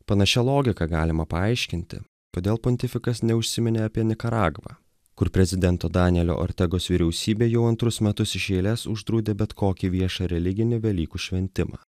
panašia logika galima paaiškinti kodėl pontifikas neužsiminė apie nikaragvą kur prezidento danielio ortegos vyriausybė jau antrus metus iš eilės uždraudė bet kokį viešą religinį velykų šventimą